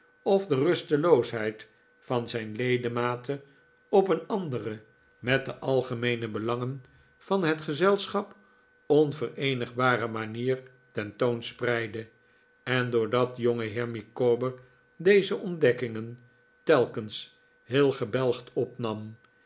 of de rusteloosheid van zijn ledematen op een andere met de algemeene belangen van het gezelschap onvereenigbare manier ten toon spreidde en doordat jongeheer micawber deze ontdekkingen telkens heel gebelgd opnam